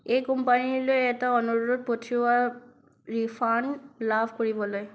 এই কোম্পানীলৈ এটা অনুৰোধ পঠিওৱা ৰিফাণ্ড লাভ কৰিবলৈ